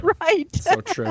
right